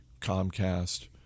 Comcast